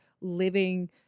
living